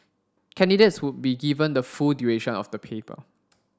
candidates would be given the full duration of the paper